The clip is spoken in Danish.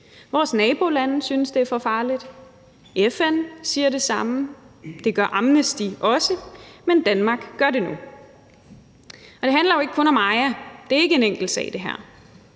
Vores nabolande synes, det er for farligt, FN siger det samme, det gør Amnesty International også, men Danmark gør det nu. Og det handler jo ikke kun om Aja, det her er ikke en enkelt sag, det